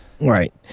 right